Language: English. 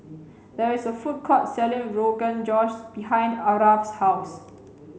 there is a food court selling Rogan Josh behind Aarav's house